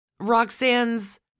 Roxanne's